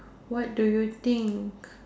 what do you think